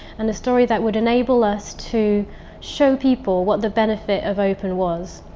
and a story that would enable us to show people what the benefit of open was.